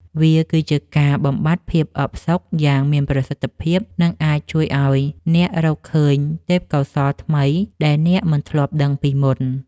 វាគឺជាការបំបាត់ភាពអផ្សុកយ៉ាងមានប្រសិទ្ធភាព និងអាចជួយឱ្យអ្នករកឃើញទេពកោសល្យថ្មីដែលអ្នកមិនធ្លាប់ដឹងពីមុន។